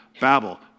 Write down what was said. Babel